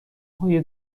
های